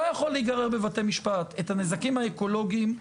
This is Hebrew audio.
הנזקים האקולוגיים,